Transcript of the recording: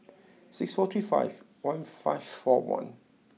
six four three five one five four one